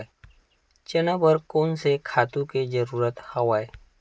चना बर कोन से खातु के जरूरत हवय?